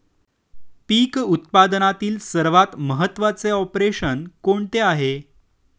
पीक उत्पादनातील सर्वात महत्त्वाचे ऑपरेशन कोणते आहे?